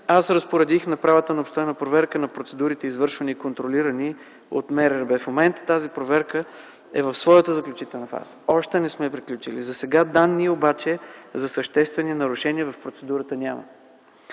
аз разпоредих обстойна проверка на процедурите, извършвани и контролирани от МРРБ. В момента тази проверка е в своята заключителна фаза, още не сме приключили. Засега данни обаче за съществени нарушения в процедурата няма.